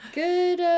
good